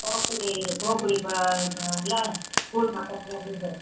கோக்குடி கோக்குடி உள்ளாற ஸ்கூல் பக்கத்தில் வீடு